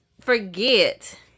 forget